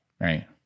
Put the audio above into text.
right